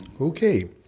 Okay